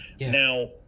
now